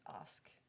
ask